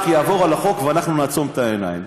יעבור על החוק ואנחנו נעצום את העיניים,